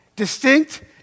Distinct